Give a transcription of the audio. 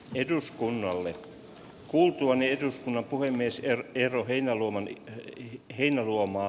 eduskunnalle kuultuani eduskunnan puhemies ja eero heinäluoman heinäluoma